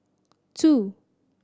two